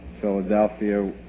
Philadelphia